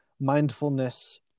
mindfulness